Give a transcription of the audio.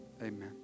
Amen